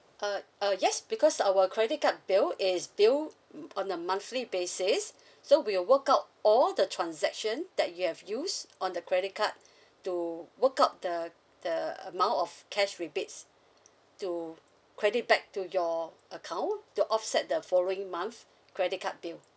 uh uh yes because our credit card bill is billed on a monthly basis so we'll work out all the transaction that you have used on the credit card to work out the the amount of cash rebates to credit back to your account to offset the following month credit card bill